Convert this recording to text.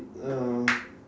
uh